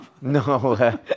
No